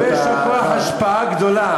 יש לו כוח השפעה גדול,